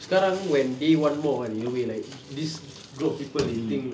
sekarang when they want more kan in a way like this group of people they think